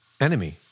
enemy